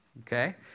Okay